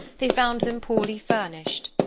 they found them poorly furnished,